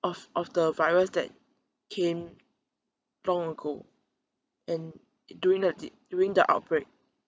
of of the virus that came long ago and d~ during the d~ during the outbreak